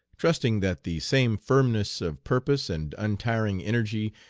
trusting that the same firmness of purpose and untiring energy,